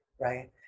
Right